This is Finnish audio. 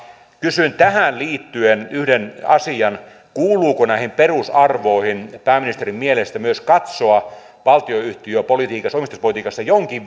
kysyn tähän liittyen yhden asian kuuluuko näihin perusarvoihin pääministerin mielestä myös katsoa valtionyhtiöpolitiikassa omistuspolitiikassa jonkin